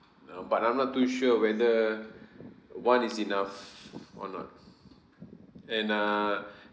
uh but I'm not too sure whether one is enough or not and err